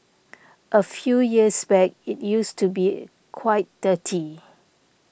a few years back it used to be quite dirty